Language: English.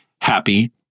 Happy